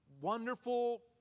wonderful